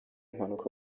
impanuka